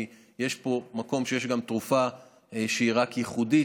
כי יש פה מקום שגם התרופה היא ייחודית,